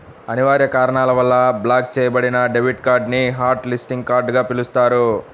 అనివార్య కారణాల వల్ల బ్లాక్ చెయ్యబడిన డెబిట్ కార్డ్ ని హాట్ లిస్టింగ్ కార్డ్ గా పిలుస్తారు